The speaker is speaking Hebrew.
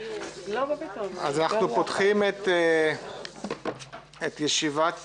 אנחנו פותחים את ישיבת